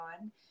on